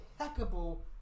impeccable